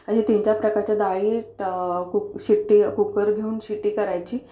अशा तीनचार प्रकारच्या डाळी कूक शिट्टी कूकर घेऊन शिट्टी करायची